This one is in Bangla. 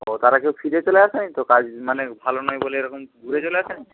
ও তারা কেউ ফিরে চলে আসেনি তো কাজ মানে ভালো নয় বলে এরকম ঘুরে চলে আসেনি